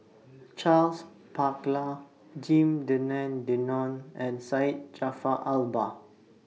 Charles Paglar Lim Denan Denon and Syed Jaafar Albar